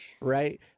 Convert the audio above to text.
Right